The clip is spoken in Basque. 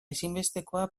ezinbestekoa